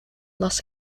los